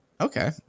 Okay